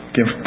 Give